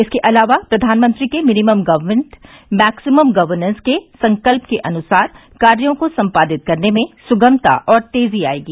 इसके अलावा प्रधानमंत्री के मिनिमम गर्वमेंट मैक्सिमम गर्वनेंस के संकल्प के अनुसार कार्यो को संपादित करने में सुगमता और तेजी आयेगी